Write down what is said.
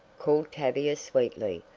called tavia sweetly,